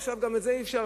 עכשיו גם את זה אי-אפשר,